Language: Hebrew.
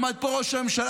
עמד פה ראש הממשלה,